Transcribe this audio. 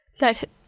Let